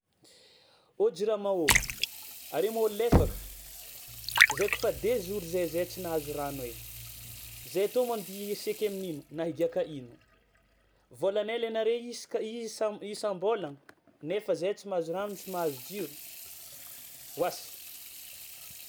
Ô jirama ô! Are moa olo lefaka? Zahay koa fa deux jours zay zahay tsy nahazo rano e, zahay tô andia hisaiky amin'ino na higiàka ino?! Vôlanay alainare isaka isa- isam-bôlagna nefa zahay tsy mahazo rano tsy mahazo jiro, oasy!